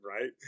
right